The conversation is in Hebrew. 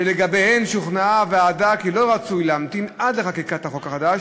שלגביהן שוכנעה הוועדה כי לא רצוי להמתין עד לחקיקת החוק החדש.